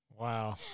Wow